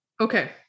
okay